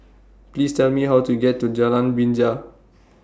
Please Tell Me How to get to Jalan Binja